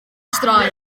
straen